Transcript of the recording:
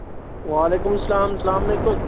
وعلیکُم السلام السلام علیکُم